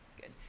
good